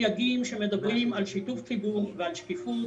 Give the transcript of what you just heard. סייגים שמדברים על שיתוף ציבור ועל שקיפות,